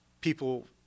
People